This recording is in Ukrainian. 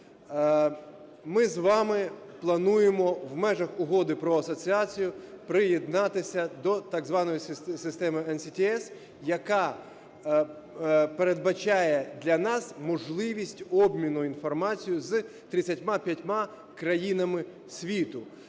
Ми з вами плануємо в межах Угоди про асоціацію приєднатися до так званої системи NCTS, яка передбачає для нас можливість обміну інформацією з 35 країнами світу,